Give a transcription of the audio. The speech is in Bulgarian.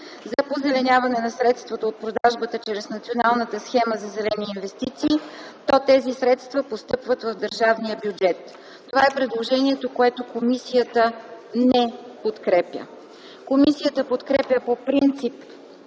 за позеленяване на средствата от продажбата чрез Националната схема за зелени инвестиции, то тези средства постъпват в държавния бюджет.” Това е предложението, което комисията не подкрепя. Комисията подкрепя по принцип